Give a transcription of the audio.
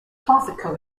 classical